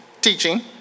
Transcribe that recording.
teaching